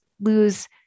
lose